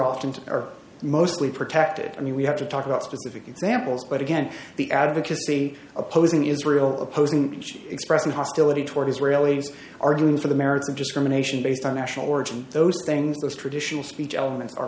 often to or mostly protected and we have to talk about specific examples but again the advocacy opposing israel opposing expressing hostility toward israelis arguing for the merits of discrimination based on national origin those things those traditional speech elements are